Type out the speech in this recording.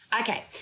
Okay